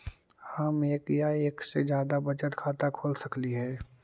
हम एक या एक से जादा बचत खाता खोल सकली हे?